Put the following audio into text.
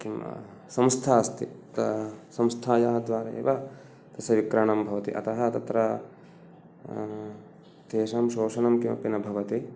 किं संस्था अस्ति संस्थायाः द्वारा एव तस्य विक्रयणं भवति अतः तत्र तेषां शोषणं किमपि न भवति